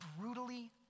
brutally